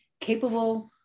capable